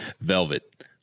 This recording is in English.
velvet